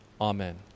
Amen